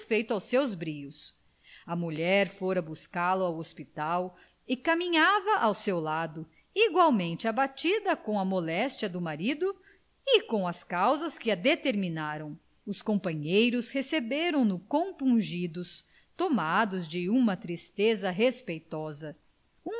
aos seus brios a mulher fora buscá-lo ao hospital e caminhava ao seu lado igualmente abatida com a moléstia do marido e com as causas que a determinaram os companheiros receberam no compungidos tomados de uma tristeza respeitosa